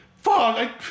Fuck